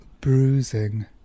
bruising